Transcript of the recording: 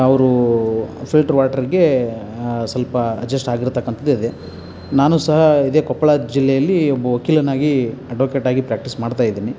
ಅವರು ಫಿಲ್ಟ್ರು ವಾಟರ್ಗೇ ಸ್ವಲ್ಪ ಅಡ್ಜಸ್ಟ್ ಆಗಿರ್ತಕ್ಕಂಥದ್ದು ಇದೆ ನಾನೂ ಸಹ ಇದೇ ಕೊಪ್ಪಳ ಜಿಲ್ಲೆಯಲ್ಲಿ ಒಬ್ಬ ವಕೀಲನಾಗಿ ಅಡ್ವೊಕೇಟಾಗಿ ಪ್ರ್ಯಾಕ್ಟೀಸ್ ಮಾಡ್ತಾಯಿದ್ದೀನಿ